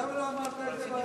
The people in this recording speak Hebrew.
אז למה לא אמרת את זה?